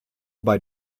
bei